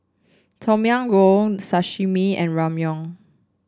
Tom Yam Goong Sashimi and Ramyeon